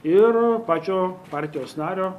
ir pačio partijos nario